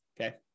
okay